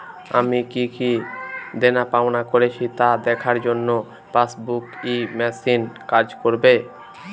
আমি কি কি দেনাপাওনা করেছি তা দেখার জন্য পাসবুক ই মেশিন কাজ করবে?